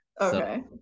Okay